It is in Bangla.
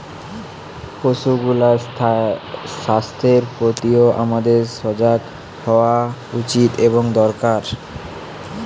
পশুগুলার স্বাস্থ্যের প্রতিও আমাদের সজাগ হওয়া উচিত এবং দরকার